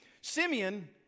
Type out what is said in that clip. Simeon